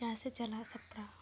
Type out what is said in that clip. ᱡᱟᱦᱟᱸᱥᱮᱫ ᱪᱟᱞᱟᱜ ᱥᱟᱯᱲᱟᱣ